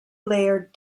layered